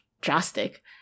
drastic